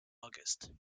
august